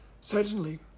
Certainly